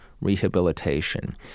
rehabilitation